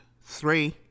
three